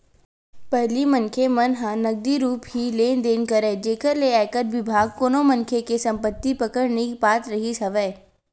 पहिली मनखे मन ह नगदी रुप ही लेन देन करय जेखर ले आयकर बिभाग कोनो मनखे के संपति के पकड़ नइ कर पात रिहिस हवय